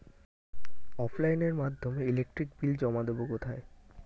অফলাইনে এর মাধ্যমে ইলেকট্রিক বিল জমা দেবো কোথায়?